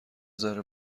ذره